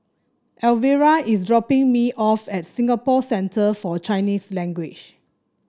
Elvera is dropping me off at Singapore Centre For Chinese Language